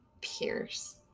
Pierce